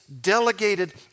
delegated